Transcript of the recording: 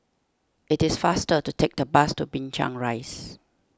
it is faster to take the bus to Binchang Rise